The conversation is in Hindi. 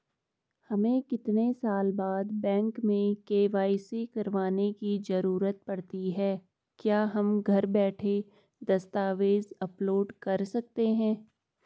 हमें कितने साल बाद बैंक में के.वाई.सी करवाने की जरूरत पड़ती है क्या हम घर बैठे दस्तावेज़ अपलोड कर सकते हैं?